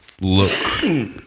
look